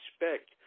respect